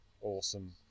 awesome